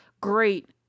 great